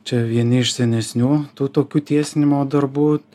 čia vieni iš senesnių tų tokių tiesinimo darbų